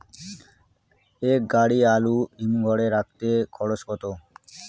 এক গাড়ি আলু হিমঘরে রাখতে খরচ কত?